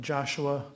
Joshua